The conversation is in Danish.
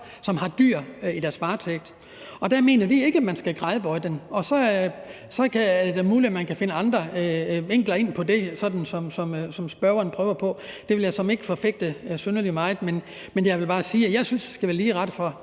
som har dyr i deres varetægt, og der mener vi ikke, at man skal gradbøje den. Så er det da muligt, at man kan finde andre vinkler på det, sådan som spørgeren prøver på. Det vil jeg såmænd ikke forfægte synderlig meget, men jeg vil bare sige, at jeg synes, at der skal være lige ret for